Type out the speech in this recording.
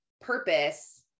purpose